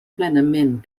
plenament